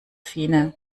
fine